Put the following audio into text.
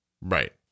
Right